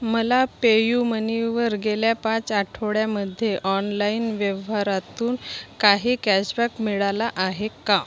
मला पेयुमनीवर गेल्या पाच आठवड्यामध्ये ऑनलाईन व्यवहारातून काही कॅशबॅक मिळाला आहे का